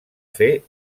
fer